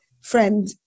friend